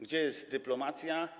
Gdzie jest dyplomacja?